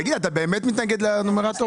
תגיד לי, אתה באמת מתנגד לנומרטור?